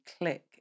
click